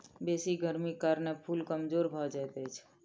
बेसी गर्मीक कारणें फूल कमजोर भअ जाइत अछि